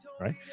right